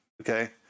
okay